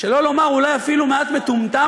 שלא לומר אולי אפילו מעט מטומטם,